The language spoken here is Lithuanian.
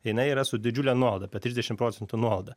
jinai yra su didžiule nuolaida apie trisdešim procentų nuolaida